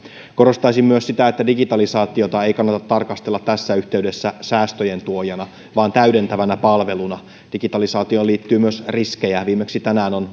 korostaisin myös sitä että digitalisaatiota ei kannata tarkastella tässä yhteydessä säästöjen tuojana vaan täydentävänä palveluna digitalisaatioon liittyy myös riskejä viimeksi tänään on